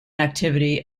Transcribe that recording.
activity